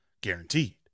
guaranteed